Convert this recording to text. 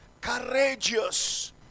courageous